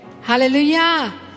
hallelujah